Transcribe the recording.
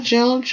Jill